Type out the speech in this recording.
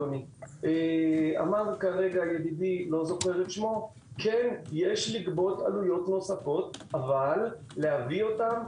אמר כרגע ידידי שיש לגבות עלויות נוספות אבל להביא אותן,